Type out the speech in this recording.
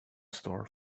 store